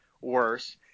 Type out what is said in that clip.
worse